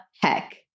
heck